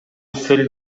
сел